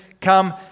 come